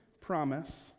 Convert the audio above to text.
promise